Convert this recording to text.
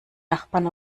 nachbarn